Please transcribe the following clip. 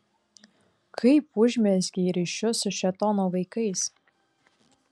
kaip užmezgei ryšius su šėtono vaikais